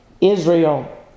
Israel